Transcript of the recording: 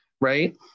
right